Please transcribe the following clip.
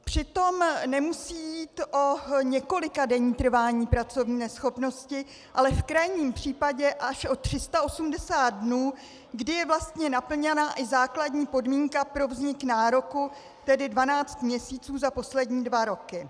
Přitom nemusí jít o několikadenní trvání pracovní neschopnosti, ale v krajním případě až o 380 dnů, kdy je vlastně naplněna i základní podmínka pro vznik nároku, tedy 12 měsíců za poslední dva roky.